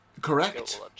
Correct